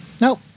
Nope